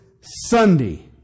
Sunday